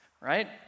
right